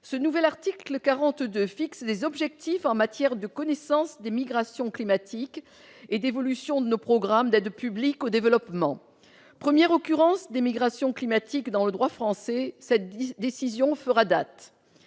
Ce nouvel article 42 fixe des objectifs en matière de connaissance des migrations climatiques et d'évolution de nos programmes d'aide publique au développement. Première occurrence des migrations climatiques dans le droit français, cette décision fera date.